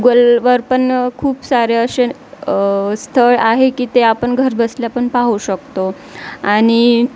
गुगलवर पण खूप सारे असे स्थळ आहे की ते आपण घरबसल्या पण पाहू शकतो आणि